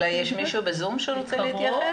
מישהו בזום שרוצה להתייחס?